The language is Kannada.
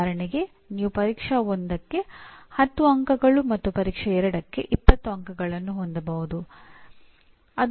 ಉದಾಹರಣೆಗೆ ನೀವು ಪರೀಕ್ಷಾ 1ಕ್ಕೆ 10 ಅಂಕಗಳು ಮತ್ತು ಪರೀಕ್ಷಾ 2 ಕ್ಕೆ 20 ಅಂಕಗಳನ್ನು ಹೊಂದಬಹುದು